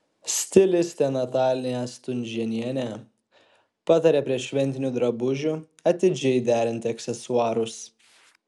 stilistė natalija stunžėnienė pataria prie šventinių drabužių atidžiai derinti aksesuarus